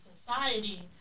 society